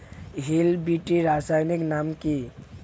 Hill BT রাসায়নিক নাম কি?